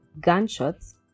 gunshots